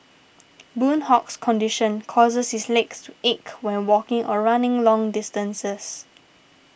Boon Hock's condition causes his legs to ache when walking or running long distances